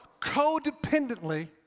codependently